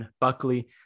Buckley